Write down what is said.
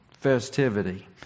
festivity